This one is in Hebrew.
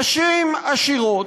נשים עשירות,